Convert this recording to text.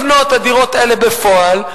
הדירות האלה לא נבנות בפועל,